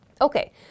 Okay